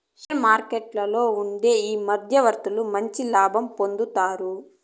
షేర్ల మార్కెట్లలో ఉండే ఈ మధ్యవర్తులు మంచి లాభం పొందుతారు